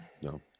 No